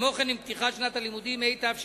כמו כן, עם פתיחת שנת הלימודים התשע"א,